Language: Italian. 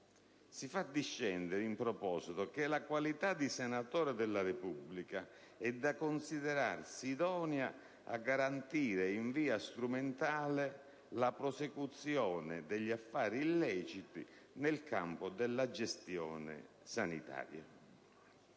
si fa discendere in proposito che la qualità di senatore della Repubblica è «da considerarsi idonea a garantire, in via strumentale, la prosecuzione degli affari illeciti nel campo della gestione sanitaria».